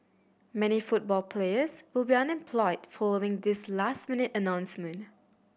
many football players will be unemployed following this last minute announcement